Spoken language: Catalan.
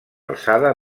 alçada